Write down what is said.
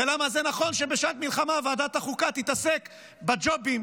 ולמה זה נכון שבשעת מלחמה ועדת החוקה תתעסק בג'ובים